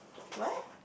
what